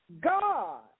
God